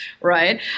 right